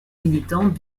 militante